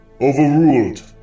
Overruled